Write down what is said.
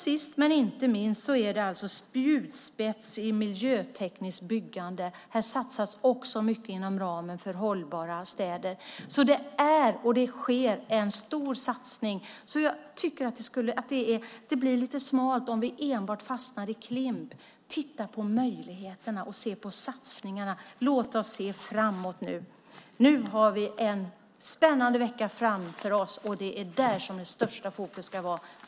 Sist men inte minst är det alltså spjutspets i miljötekniskt byggande. Här satsas också mycket inom ramen för hållbara städer. Det sker en stor satsning, så det blir lite smalt om vi fastnar i enbart Klimp. Titta på möjligheterna och se på satsningarna! Låt oss se framåt! Nu har vi en spännande vecka framför oss, och det är där som störst fokus ska vara.